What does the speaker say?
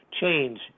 change